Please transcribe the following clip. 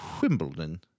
Wimbledon